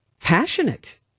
passionate